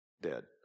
dead